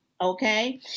Okay